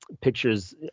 pictures